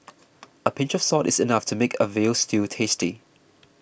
a pinch of salt is enough to make a Veal Stew tasty